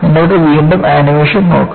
നിങ്ങൾക്ക് വീണ്ടും ആനിമേഷൻ നോക്കുക